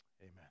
Amen